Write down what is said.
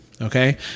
Okay